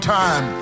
time